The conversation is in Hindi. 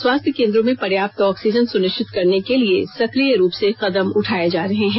स्वास्थ्य केन्द्रों में पर्याप्त ऑक्सीजन सुनिश्चित करने के लिए सक्रिय रूप से कदम उठाए जा रहे हैं